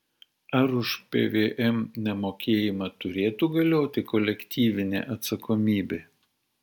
ar už pvm nemokėjimą turėtų galioti kolektyvinė atsakomybė